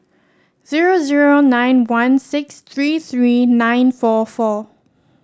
zero zero nine one six three three nine four four